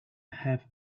have